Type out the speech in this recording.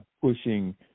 pushing